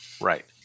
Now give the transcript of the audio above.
Right